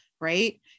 Right